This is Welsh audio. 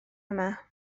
yma